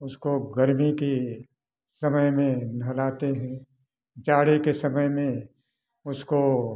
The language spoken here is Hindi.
उसको गर्मी के समय में नहलाते हैं जाड़े के समय में उसको